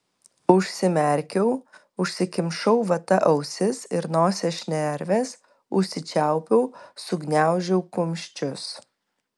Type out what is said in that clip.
užsimerkiau užsikimšau vata ausis ir nosies šnerves užsičiaupiau sugniaužiau kumščius